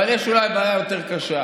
אבל יש בעיה אולי יותר קשה.